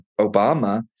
Obama